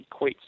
equates